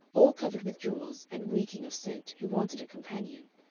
all covered with jewels and reeking of scent, who wanted a companion.